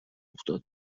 افتاد